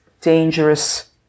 dangerous